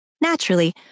Naturally